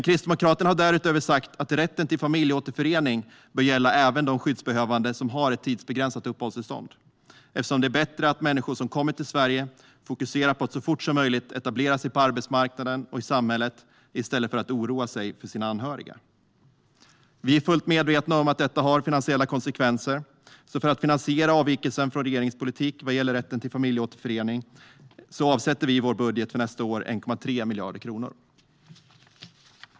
Kristdemokraterna har därutöver sagt att rätten till familjeåterförening bör gälla även de skyddsbehövande som har ett tidsbegränsat uppehållstillstånd, eftersom det är bättre att människor som kommer till Sverige fokuserar på att så fort som möjligt etablera sig på arbetsmarknaden och i samhället i stället för att oroa sig för sina anhöriga. Vi är fullt medvetna om att detta har finansiella konsekvenser. För att finansiera avvikelsen från regeringens politik vad gäller rätten till familjeåterförening avsätter vi därför 1,3 miljarder kronor i vår budget för nästa år.